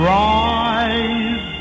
rise